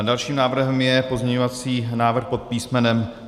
Dalším návrhem je pozměňovací návrh pod písmenem B.